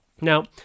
Now